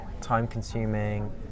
time-consuming